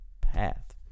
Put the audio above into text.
path